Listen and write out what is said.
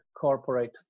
corporate